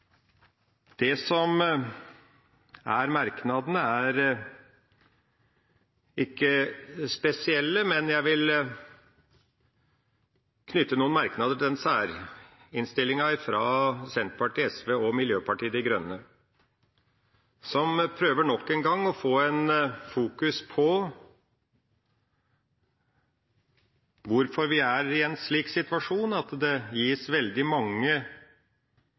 Merknadene er ikke spesielle, men jeg vil knytte noen kommentarer til særmerknaden fra Senterpartiet, Sosialistisk Venstreparti og Miljøpartiet De Grønne, som nok en gang prøver å fokusere på hvorfor vi er i den situasjonen at det er veldig mange